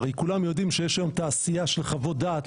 הרי כולנו יודעים שיש היום תעשייה של חוות דעת,